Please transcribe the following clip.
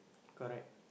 correct